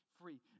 free